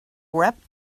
wrapped